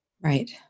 Right